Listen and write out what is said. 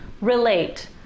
relate